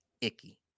icky